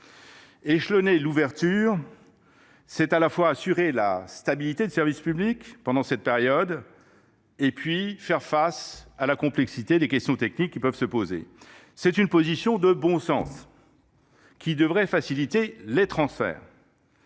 concurrence, c’est à la fois assurer la stabilité du service public pendant cette période et faire face à la complexité des questions techniques. C’est une position de bon sens, qui devrait faciliter les transferts.